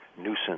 nuisance